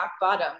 bottom